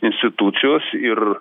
institucijos ir